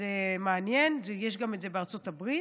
וזה מעניין, יש את זה גם בארצות הברית.